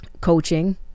coaching